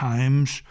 Times